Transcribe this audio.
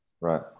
Right